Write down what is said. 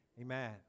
amen